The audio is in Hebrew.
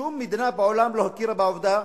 שום מדינה בעולם לא הכירה בעובדה,